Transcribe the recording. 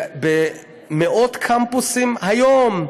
במאות קמפוסים היום,